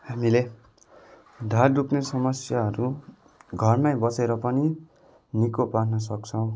हामीले ढाड दुःख्ने समस्याहरू घरमा बसेर पनि निको पार्न सक्छौँ